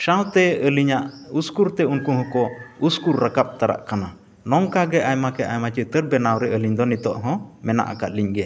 ᱥᱟᱶᱛᱮ ᱟᱞᱤᱧᱟᱜ ᱩᱥᱠᱩᱨᱛᱮ ᱩᱱᱠᱩ ᱦᱚᱸᱠᱚ ᱩᱥᱠᱩᱨ ᱨᱟᱠᱟᱵ ᱛᱚᱨᱟᱜ ᱠᱟᱱᱟ ᱱᱚᱝᱠᱟᱜᱮ ᱟᱭᱢᱟᱠᱮ ᱟᱭᱢᱟ ᱪᱤᱛᱟᱹᱨ ᱵᱮᱱᱟᱣᱨᱮ ᱟᱞᱤᱧ ᱫᱚ ᱱᱤᱛᱳᱜ ᱦᱚᱸ ᱢᱮᱱᱟᱜ ᱟᱠᱟᱫ ᱞᱤᱧ ᱜᱮᱭᱟ